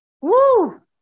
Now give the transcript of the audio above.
Woo